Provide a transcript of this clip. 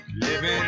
living